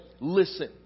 Listen